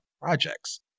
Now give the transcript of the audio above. Projects